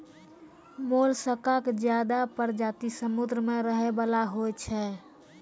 मोलसका के ज्यादे परजाती समुद्र में रहै वला होय छै